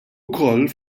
wkoll